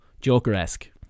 Joker-esque